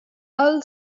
all